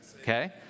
Okay